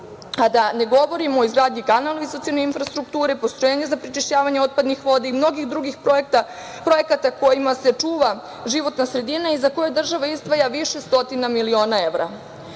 a da ne govorimo o izgradnji kanalizacione infrastrukture, postrojenja za prečišćavanje otpadnih voda i mnogih drugih projekata, projekata kojima se čuva životna sredina i za koje država izdvaja više stotina miliona evra. Kao